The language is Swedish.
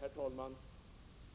Herr talman!